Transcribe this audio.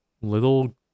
little